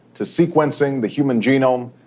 to sequencing the human genome,